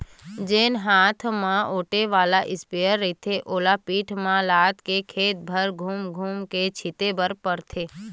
जेन हात म ओटे वाला इस्पेयर रहिथे ओला पीठ म लादके खेत भर धूम धूम के छिते बर परथे